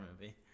movie